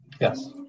Yes